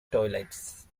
toilets